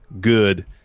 good